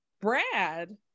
Brad